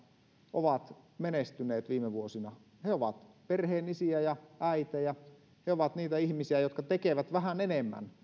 ovat menestyneet viime vuosina he ovat perheenisiä ja äitejä he ovat niitä ihmisiä jotka tekevät vähän enemmän